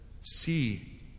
see